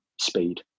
speed